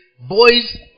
boys